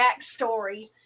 backstory